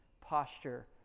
posture